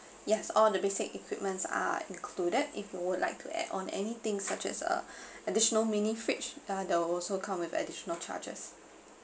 yes all the basic equipments are included if you would like to add on anything such as uh additional mini fridge uh that will also come with additional charges